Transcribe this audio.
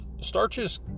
starches